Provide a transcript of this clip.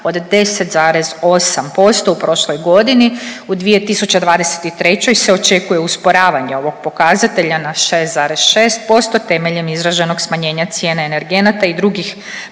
od 10,8% u prošloj godini. U 2023. se očekuje usporavanje ovog pokazatelja na 6,6% temeljem izraženog smanjenja cijene energenata i drugih primarnih